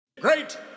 Great